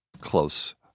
close